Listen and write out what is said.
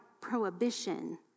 prohibition